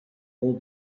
call